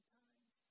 times